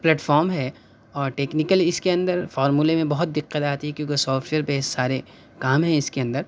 plate فام ہے اور technical اِس کے اندر فارمولے میں بہت دقت آتی ہے کیونکہ سافٹ ویئر پہ سارے کام ہیں اِس کے اندر